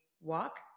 walk